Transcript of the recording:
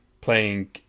playing